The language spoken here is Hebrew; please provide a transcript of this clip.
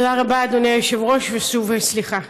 תודה רבה, אדוני היושב-ראש, ושוב סליחה.